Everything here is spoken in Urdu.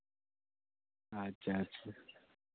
اچھا اچھا